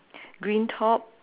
green top